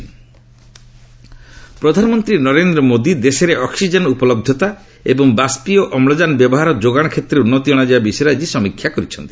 PM oxygen ପ୍ରଧାନମନ୍ତ୍ରୀ ନରେନ୍ଦ୍ର ମୋଦୀ ଦେଶରେ ଅକୁଜେନ୍ ଉପଲହ୍ଧତା ଏବଂ ବାଷ୍ପିୟ ଅମ୍ଳୁଜାନ ବ୍ୟବହାର ଓ ଯୋଗାଣ କ୍ଷେତ୍ରରେ ଉନ୍ନତି ଅଣାଯିବା ବିଷୟରେ ଆଜି ସମୀକ୍ଷା କରିଛନ୍ତି